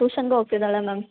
ಟ್ಯೂಷನ್ಗೂ ಹೋಗ್ತಿದ್ದಾಳೆ ಮ್ಯಾಮ್